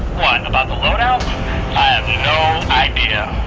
about the load out? i have no idea.